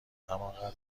همانقدر